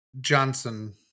Johnson